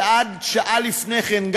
שעד שעה לפני כן,